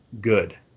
good